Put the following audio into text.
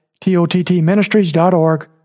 tottministries.org